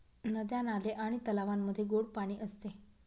नद्या, नाले आणि तलावांमध्ये गोड पाणी असते